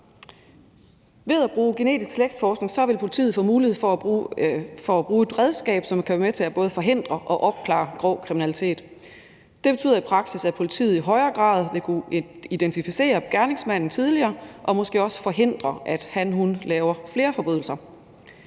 Ved at bruge genetisk slægtsforskning vil politiet få mulighed for at bruge et redskab, som kan være med til både at forhindre og opklare grov kriminalitet. Det betyder i praksis, at politiet i højere grad vil kunne identificere gerningsmanden tidligere og måske også forhindre, at han/hun laver flere forbrydelser.